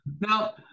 Now